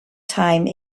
time